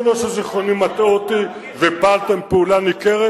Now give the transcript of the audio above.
יכול להיות שזיכרוני מטעה אותי ופעלתם פעולה ניכרת.